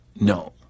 No